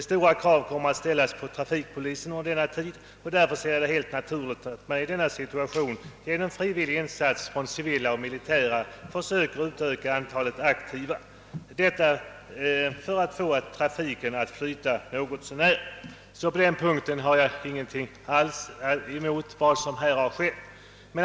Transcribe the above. Stora krav kommer att ställas på trafikpolisen under denna tid, och därför är det helt naturligt att man i denna situation genom frivillig insats från civila och militära försöker utöka antalet aktiva för att få trafiken att flyta något så när. På den punkten har jag alltså ingenting att erinra mot vad som har skett.